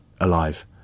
alive